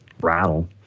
rattle